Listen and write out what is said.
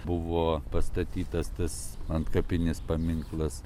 buvo pastatytas tas antkapinis paminklas